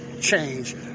change